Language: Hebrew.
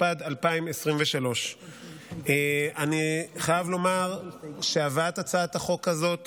התשפ"ד 2023. אני חייב לומר שהבאת הצעת החוק הזאת